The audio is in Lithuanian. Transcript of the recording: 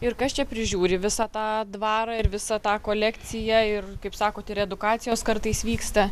ir kas čia prižiūri visą tą dvarą ir visą tą kolekciją kaip sakot ir edukacijos kartais vyksta